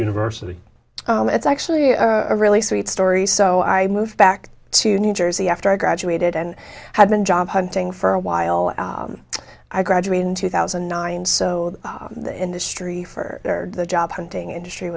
university it's actually a really sweet story so i moved back to new jersey after i graduated and had been job hunting for a while i graduated in two thousand and nine so the industry for the job hunting industry